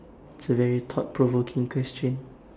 it's a very thought-provoking question